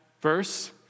verse